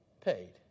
paid